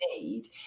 need